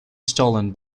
stolen